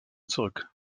zurück